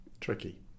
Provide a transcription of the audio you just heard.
Tricky